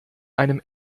einem